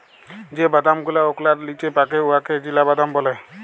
যে বাদাম গুলা ওকলার লিচে পাকে উয়াকে চিলাবাদাম ব্যলে